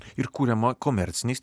ir kuriama komerciniais